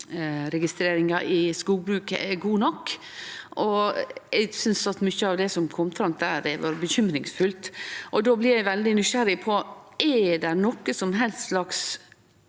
miljøregistreringa i skogbruket er god nok, og eg synest at mykje av det som kom fram der, var bekymringsfullt. Då blir eg veldig nysgjerrig: Er det nokon som helst slags